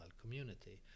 community